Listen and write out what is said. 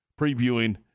previewing